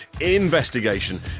investigation